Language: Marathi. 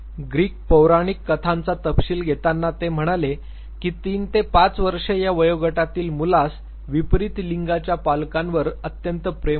ग्रीक पौराणिक कथांचा तपशील घेताना ते म्हणाले की 3 ते ५ वर्ष या वयोगटातील मुलास विपरीत लिंगाच्या पालकांवर अत्यंत प्रेम होते